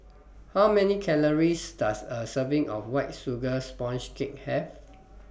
How Many Calories Does A Serving of White Sugar Sponge Cake Have